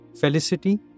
Felicity